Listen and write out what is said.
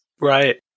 Right